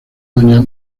doña